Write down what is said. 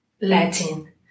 Latin